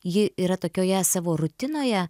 ji yra tokioje savo rutinoje